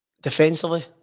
defensively